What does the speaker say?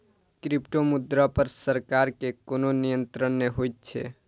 क्रिप्टोमुद्रा पर सरकार के कोनो नियंत्रण नै होइत छै